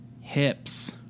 hips